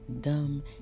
Dumb